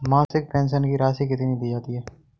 मासिक पेंशन की राशि कितनी दी जाती है?